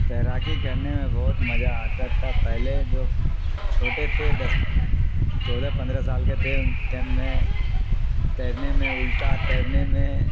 تیراکی کرنے میں بہت مجہ آتا تھا پہلے جو چھوٹے تھے دس چودہ پندرہ سال کے تھے ان ت میں تیرنے میں الٹا تیرنے میں